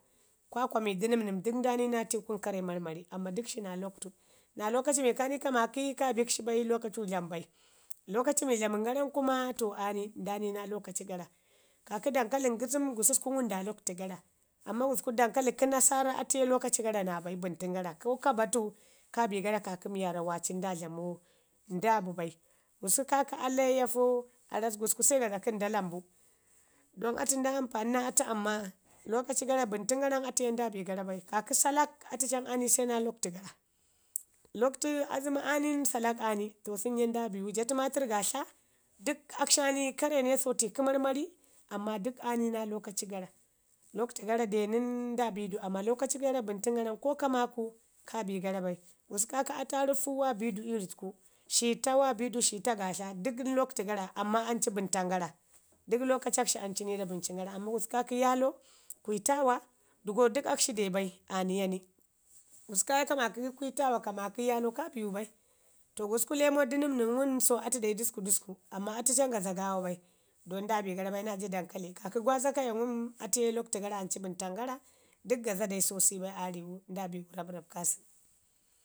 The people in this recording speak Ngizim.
kwakwami dənəmnəm dək nda ni naa akshi ii kunu karre marmari amma dək shi naa lakwtu. Naa lokaci mi kaa ni ka maaki ka bik shi bai, lokacu dlamu bai. Lokaci mi dlamən gara kuma to aa ni, nda ni naa lokaci gara kaakə dankalin ngəzəm gususku ngum nda lakwtu gara. Amman gusku daukali kə nasara atu ye lokaci gara naa bai bəntən gara ko ka batu kaa bi gara kaakə mi waarra waaci nda dlamau nda bi bai. Gusku kaakə alaiyafo, arab gusku se gaza kə nda lambu, don atu nda ampani naa atu amman lokaci gara bəntən garan atu ye ndi bi gara bai. kaakə salak, atu cam aa ni se lakwtu gara. Lakwtu azəmi aa ni nən salak aa ni, to sən ye nda biwu. Ja təmatərr gaatla dək akshi aa ni karre ne sotai kə marmari amman dək aa ni naa lakwtu gara, lakwtu de nən nda bidu amman lokaci gara bəntən gara nən ko maaku kabi gara bai. Gusku kakə atarufu wa bidu ii ri təku. shiita wa bi dushii ta gaatla dək lakwtu gara amman ancu bəntan gara, dək lokacak shi an cu nida bəntan gara. Amma gusku kaakə yaalo, kuntawo dəgo dək akshi de bai aa niyo ni. Gusku ka ya ka maaki kwitaawa kamaaki yaalə ka biwu bai. To gusku lemo dənəmnəm so atu dai dəsku dəsku, amman atu cam gaza gaawa bai, don nda bi gara bai naja dankali kaakə gwaaza kaya ngum atu ye lakwtu gara anci bən tan gara, dək gaza dai sosai bai aa riwu nda biwu rrap rrap kaasən.